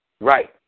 Right